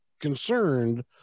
concerned